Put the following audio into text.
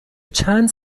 چند